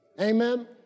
amen